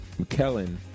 McKellen